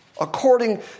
According